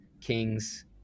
Kings